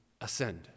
ascend